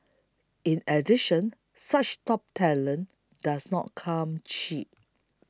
in addition such top talent does not come cheap